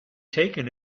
taken